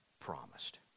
promised